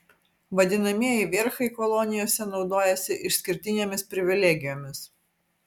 vadinamieji vierchai kolonijose naudojasi išskirtinėmis privilegijomis